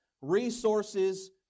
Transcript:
resources